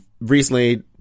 recently